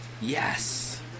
Yes